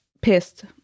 pissed